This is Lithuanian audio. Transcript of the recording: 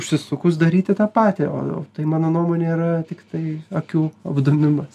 užsisukus daryti tą patį o tai mano nuomone yra tiktai akių apdūmimas